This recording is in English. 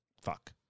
Fuck